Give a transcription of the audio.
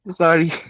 Sorry